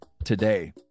today